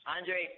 Andre